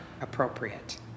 appropriate